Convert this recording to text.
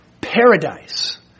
paradise